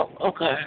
Okay